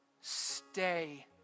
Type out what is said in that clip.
Stay